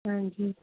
ਹਾਂਜੀ